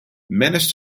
menace